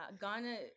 Ghana